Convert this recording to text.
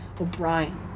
O'Brien